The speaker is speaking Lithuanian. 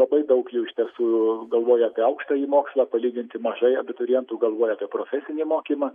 labai daug jų iš tiesų galvoja apie aukštąjį mokslą palyginti mažai abiturientų galvoja apie profesinį mokymą